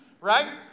Right